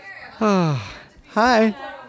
Hi